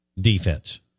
defense